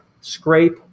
scrape